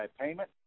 payment